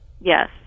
Yes